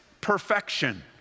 perfection